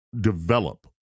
develop